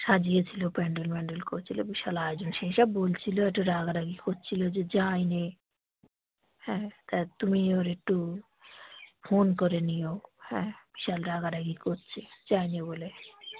সাজিয়েছিলো প্যান্ডেল ম্যান্ডেল করছিল বিশাল আয়োজন সেই সব বলছিলো একটু রাগারাগি করছিল যে যাইনি হ্যাঁ তা তুমি ওর একটু ফোন করে নিও হ্যাঁ বিশাল রাগারাগি করছে যাইনি বলে